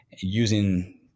using